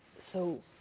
so,